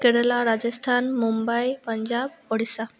Kerala Rajasthan Mumbai Punjab Odisha